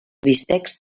bistecs